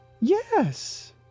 Yes